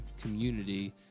community